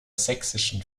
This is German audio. sächsischen